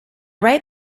write